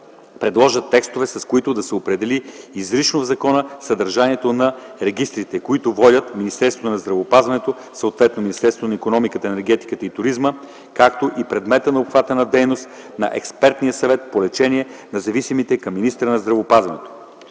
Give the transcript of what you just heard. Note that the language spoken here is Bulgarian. предложат текстове, с които да се определи изрично в закона съдържанието на регистрите, които водят Министерството на здравеопазването и съответно Министерството на икономиката, енергетиката и туризма, както и предмета и обхвата на дейността на Експертния съвет по лечение на зависимите към министъра на здравеопазването.